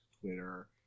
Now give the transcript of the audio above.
Twitter